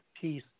peace